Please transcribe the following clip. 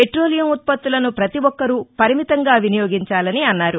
petroleum ఉత్పత్తులను ప్రతి ఒక్కరూ పరిమితంగా వినియోగించాలని అన్నారు